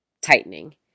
tightening